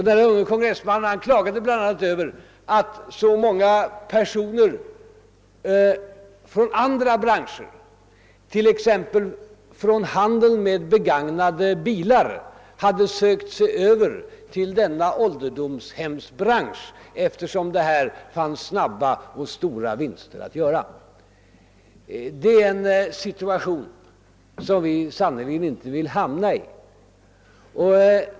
Denne unge kongressledamot klagade bl.a. över att så många personer från andra branscher, t.ex. från handeln med begagnade bilar, hade sökt sig över till denna ålderdomshemsbransch, eftersom det här fanns snabba och stora vinster att göra. Det är en situation som vi sannerligen inte vill hamna i.